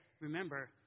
remember